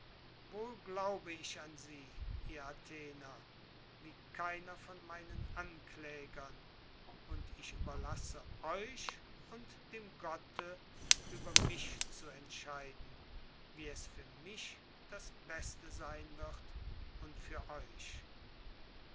wohl glaube ich an sie ihr athener wie keiner von meinen anklägern und ich überlasse euch und dem gotte über mich zu entscheiden wie es für mich das beste sein wird und für euch